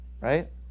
Right